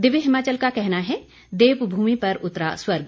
दिव्य हिमाचल का कहना है देवभूमि पर उतरा स्वर्ग